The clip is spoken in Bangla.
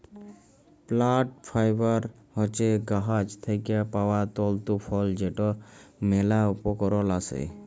প্লাল্ট ফাইবার হছে গাহাচ থ্যাইকে পাউয়া তল্তু ফল যেটর ম্যালা উপকরল আসে